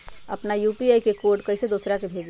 अपना यू.पी.आई के कोड कईसे दूसरा के भेजी?